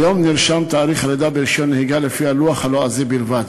כיום נרשם תאריך הלידה ברישיון נהיגה לפי הלוח הלועזי בלבד.